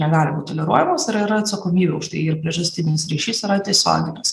negali būt toleruojamas ir yra atsakomybė už tai ir priežastinis ryšys yra tieisoginis